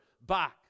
back